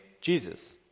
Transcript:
Jesus